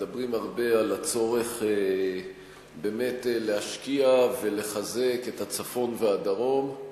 מדברים הרבה על הצורך להשקיע ולחזק את הצפון והדרום.